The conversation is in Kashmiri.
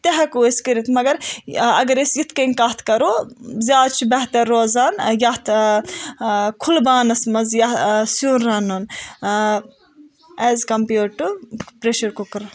تہِ ہیکو أسۍ کٔرِتھ مَگر اگر أسۍ یِتھ کَنۍ کَتھ کَرو زیادٕ چھُ بہتر روزان یَتھ کُھلہٕ بانس منٛز یہِ سِیُن رَنُن as compared to pressure cooker